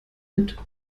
mit